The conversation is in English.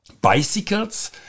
bicycles